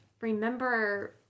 remember –